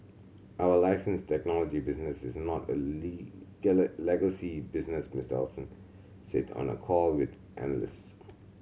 our license technology business is not a legacy business Mister Ellison said on a call with analyst